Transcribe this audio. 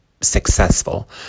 successful